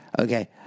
Okay